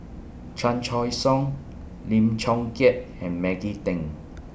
Chan Choy Siong Lim Chong Keat and Maggie Teng